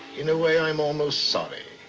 in a way i'm almost sorry.